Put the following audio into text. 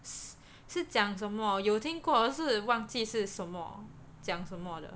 是讲什么有听过可是忘记是什么讲什么的